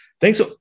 thanks